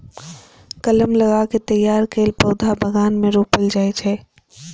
कलम लगा कें तैयार कैल पौधा बगान मे रोपल जाइ छै